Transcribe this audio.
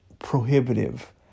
prohibitive